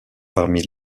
parmi